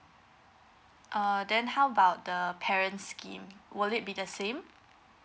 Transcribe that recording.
uh then how about the parent scheme will it be the same